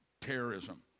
terrorism